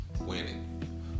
Winning